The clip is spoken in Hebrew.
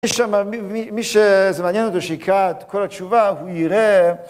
יש שם, מי שזה מעניין אותו שיקרא את כל התשובה, הוא יראה